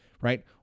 right